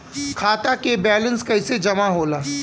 खाता के वैंलेस कइसे जमा होला?